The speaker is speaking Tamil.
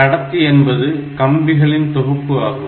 கடத்தி என்பது கம்பிகளின் தொகுப்பு ஆகும்